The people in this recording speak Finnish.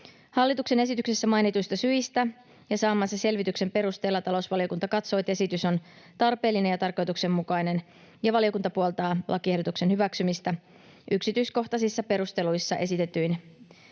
Hallituksen esityksessä mainituista syistä ja saamansa selvityksen perusteella talousvaliokunta katsoo, että esitys on tarpeellinen ja tarkoituksenmukainen, ja valiokunta puoltaa lakiehdotusten hyväksymistä yksityiskohtaisissa perusteluissa esitetyin